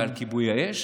ועל כיבוי האש?